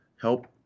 Help